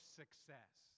success